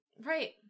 Right